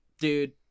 Dude